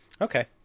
okay